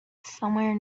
somewhere